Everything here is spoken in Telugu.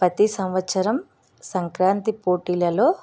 ప్రతి సంవత్సరం సంక్రాంతి పోటీలలో